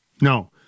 No